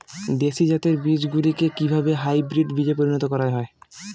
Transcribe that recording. দেশি জাতের বীজগুলিকে কিভাবে হাইব্রিড বীজে পরিণত করা হয়?